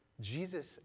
Jesus